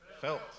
felt